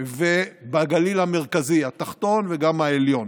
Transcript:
ובגליל המרכזי, התחתון וגם העליון.